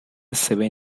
seven